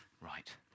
Right